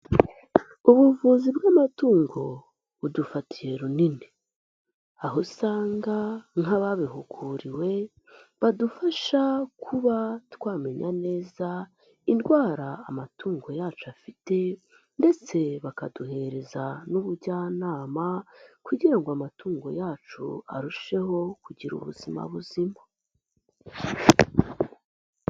Ubuvuzi bw'amatungo budufatiye runini aho usanga nk'ababihuguriwe badufasha kuba twamenya neza indwara amatungo yacu afite ndetse bakaduhereza n'ubujyanama kugira ngo amatungo yacu arusheho kugira ubuzima buzima.